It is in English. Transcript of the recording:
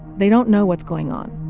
they don't know what's going on.